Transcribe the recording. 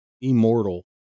immortal